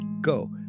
go